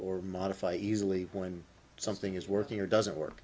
or modify easily when something is working or doesn't work